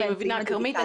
אני מבינה, כרמית.